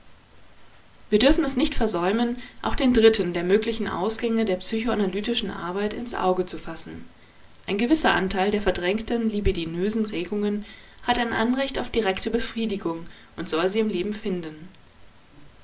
wir dürfen es nicht versäumen auch den dritten der möglichen ausgänge der psychoanalytischen arbeit ins auge zu fassen ein gewisser anteil der verdrängten libidinösen regungen hat ein anrecht auf direkte befriedigung und soll sie im leben finden